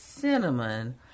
cinnamon